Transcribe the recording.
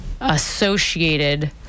associated